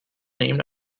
named